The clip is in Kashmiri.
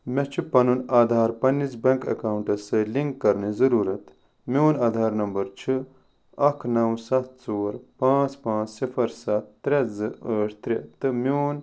مےٚ چھ پنُن آدھار پننِس بیٚنٛک ایٚکاونٛٹس سۭتۍ لنٛک کرنٕچ ضروٗرت میٛون آدھار نمبر چھُ اکھ نَو ستھ ژور پانٛژھ پانٛژھ صفر ستھ ترٛےٚ زٕ ٲٹھ ترٛےٚ تہٕ میٛون